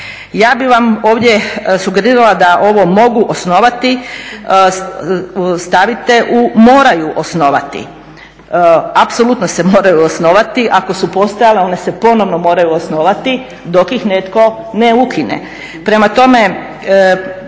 Ja bih vam ovdje sugerirala da ovo "mogu osnovati" stavite u "moraju osnovati", apsolutno se moraju osnovati ako su postajale one se ponovno moraju osnovati dok ih netko ne ukine.